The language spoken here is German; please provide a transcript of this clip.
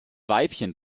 weibchen